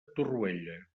torroella